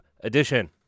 Edition